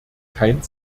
kein